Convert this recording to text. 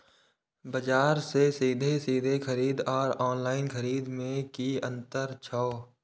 बजार से सीधे सीधे खरीद आर ऑनलाइन खरीद में की अंतर छै?